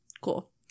Cool